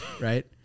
Right